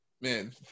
man